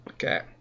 Okay